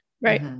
Right